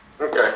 Okay